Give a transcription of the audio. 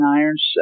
irons